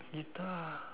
guitar